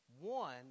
One